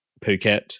Phuket